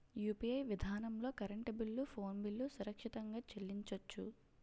UPI విధానంలో current bill phone bill సురక్షితంగా చెల్లించొచ్చు